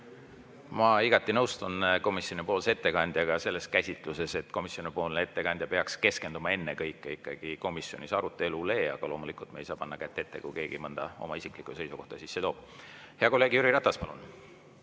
Ma igati nõustun komisjoni ettekandjaga selles käsitluses, et komisjoni ettekandja peaks keskenduma ennekõike ikkagi komisjoni arutelule. Aga loomulikult me ei saa panna kätt ette, kui keegi mõne oma isikliku seisukoha sisse toob. Hea kolleeg Jüri Ratas, palun!